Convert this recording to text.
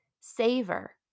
savor